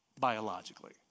biologically